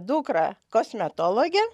dukra kosmetologė